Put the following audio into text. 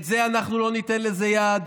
את זה, אנחנו לא ניתן לזה יד.